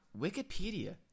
Wikipedia